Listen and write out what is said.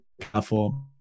platform